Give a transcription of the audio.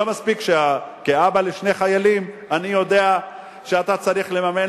לא מספיק שכאבא לשני חיילים אני יודע שאתה צריך לממן